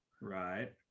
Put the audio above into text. Right